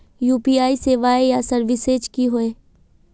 UPI सेवाएँ या services की होय?